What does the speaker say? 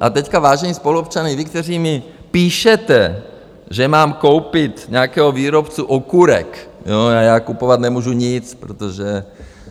A teď, vážení spoluobčané, vy, kteří mi píšete, že mám koupit nějakého výrobce okurek, já kupovat nemůžu nic, protože